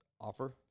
offer